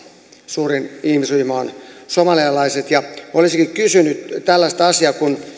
suurin ihmisryhmä on somalialaiset olisinkin kysynyt tällaista asiaa kun